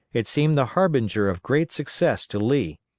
it seemed the harbinger of great success to lee.